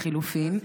לחלופין,